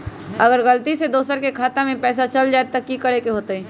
अगर गलती से दोसर के खाता में पैसा चल जताय त की करे के होतय?